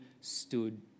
stood